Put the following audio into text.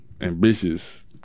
ambitious